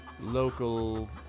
local